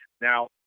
Now